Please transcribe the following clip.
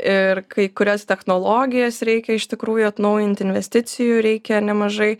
ir kai kurias technologijas reikia iš tikrųjų atnaujint investicijų reikia nemažai